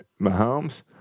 Mahomes